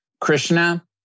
Krishna